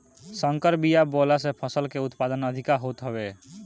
संकर बिया बोअला से फसल के उत्पादन अधिका होत हवे